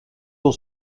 tour